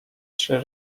trzy